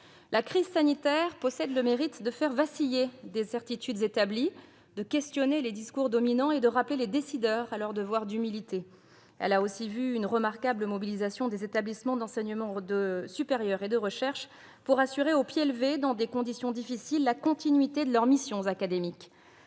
La crise sanitaire a le mérite de faire vaciller des certitudes établies, de questionner les discours dominants et de rappeler les décideurs à leur devoir d'humilité. Elle a vu aussi une remarquable mobilisation des établissements d'enseignement supérieur et de recherche pour assurer au pied levé, dans des conditions difficiles, la continuité de leurs missions académiques.